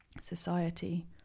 society